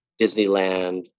Disneyland